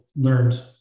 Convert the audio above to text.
learned